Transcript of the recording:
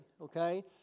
okay